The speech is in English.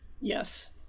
Yes